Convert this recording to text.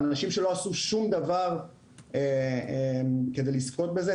אנשים שלא עשו שום דבר כדי לזכות בזה.